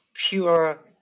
pure